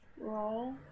roll